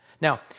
Now